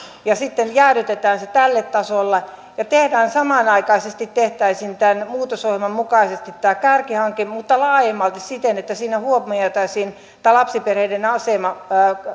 ja sitten jäädytetään se tälle tasolle ja samanaikaisesti tehtäisiin tämän muutosohjelman mukaisesti tämä kärkihanke mutta laajemmalti siten että siinä huomioitaisiin tämä lapsiperheiden asema